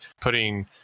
putting